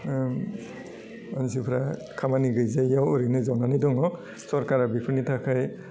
मानसिफ्रा खामानि गैजायैआव ओरैनो जनानै दङ सरकारा बेफोरनि थाखाय